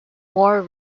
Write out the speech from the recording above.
more